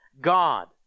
God